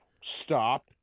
Stop